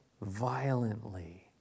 violently